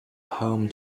home